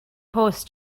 post